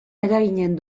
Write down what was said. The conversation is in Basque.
eraginen